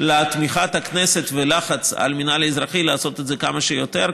לתמיכת הכנסת וללחץ על המינהל האזרחי לעשות את זה כמה שיותר,